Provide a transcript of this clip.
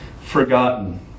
forgotten